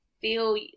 feel